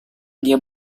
dia